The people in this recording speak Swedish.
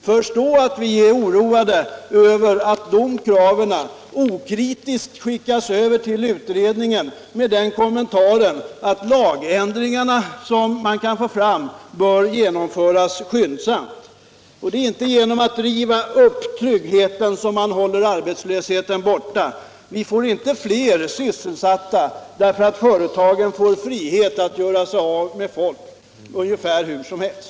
Förstå att vi är oroade över att de kraven okritiskt skickas över till utredningen med den kommentaren att de lagändringar som kan komma att föreslås bör genomföras skyndsamt! Det är inte genom att riva upp tryggheten som man håller arbetslösheten borta. Vi får inte fler sysselsättningstillfällen därför att företagen får frihet att göra sig av med folk ungefär hur som helst.